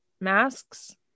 masks